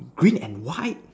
green and white